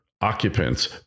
occupants